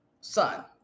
son